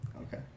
Okay